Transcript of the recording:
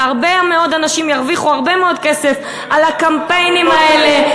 והרבה מאוד אנשים ירוויחו הרבה מאוד כסף על הקמפיינים האלה,